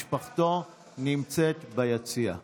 משפחתו נמצאת ביציע.